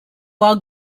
far